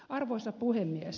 arvoisa puhemies